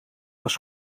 was